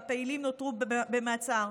והפעילים נותרו במעצר.